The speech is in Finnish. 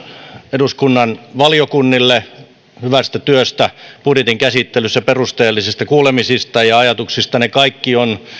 eduskunnan valiokunnille hyvästä työstä budjetin käsittelyssä perusteellisista kuulemisista ja ajatuksista se on